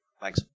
Thanks